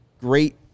great